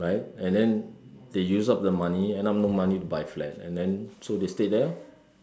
right and then they use up the money end up no money buy flat and then so they stay there lor